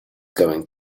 going